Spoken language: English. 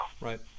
Right